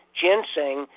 ginseng